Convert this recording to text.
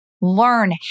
learn